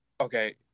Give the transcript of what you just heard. okay